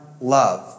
love